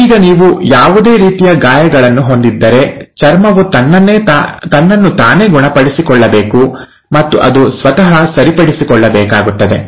ಈಗ ನೀವು ಯಾವುದೇ ರೀತಿಯ ಗಾಯಗಳನ್ನು ಹೊಂದಿದ್ದರೆ ಚರ್ಮವು ತನ್ನನ್ನು ತಾನೇ ಗುಣಪಡಿಸಿಕೊಳ್ಳಬೇಕು ಮತ್ತು ಅದು ಸ್ವತಃ ಸರಿಪಡಿಸಿಕೊಳ್ಳಬೇಕಾಗುತ್ತದೆ